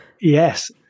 Yes